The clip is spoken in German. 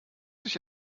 sich